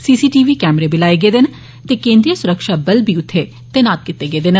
CCTV कैमरे लाए गेदे न ते केंद्रीय सुरक्षा बल बी उत्थे तैनात कीते गेदे न